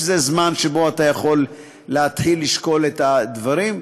שזה הזמן שבו אתה יכול להתחיל לשקול את הדברים.